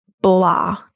blah